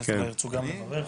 רבה.